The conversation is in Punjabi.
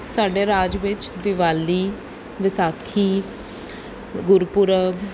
ਸਾਡੇ ਰਾਜ ਵਿੱਚ ਦਿਵਾਲੀ ਵਿਸਾਖੀ ਗੁਰਪੁਰਬ